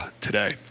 today